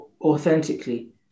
authentically